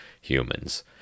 humans